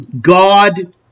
God